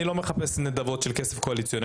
אני לא מחפש נדבות של כסף קואליציוני.